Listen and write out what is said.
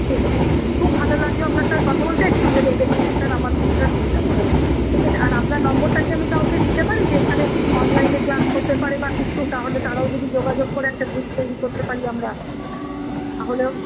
ঠিক আছে স্যার খুব ভালো লাগলো আপনার সঙ্গে কথা বলে একটু ভেবে দেখবেন স্যার আমার দিকটা চিন্তা করে ঠিক আছে আর আপনার নম্বরটা কি আমি কাউকে দিতে পারি যে এখানে অনলাইনে ক্লাস হতে পারে বা কিছু তাহলে তারাও যদি যোগাযোগ করে একটা গ্রুপ তৈরি করতে পারি আমরা তাহলেও